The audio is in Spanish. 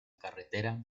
carretera